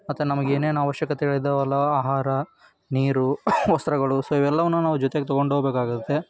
ಮತ್ತು ನಮಗೇನೇನು ಅವಶ್ಯಕತೆಗಳಿದ್ದಾವಲ್ಲ ಆಹಾರ ನೀರು ವಸ್ತ್ರಗಳು ಸೊ ಇವೆಲ್ಲವನ್ನು ನಾವು ಜೊತೆಗೆ ತಗೊಂಡು ಹೋಗ್ಬೇಕಾಗುತ್ತೆ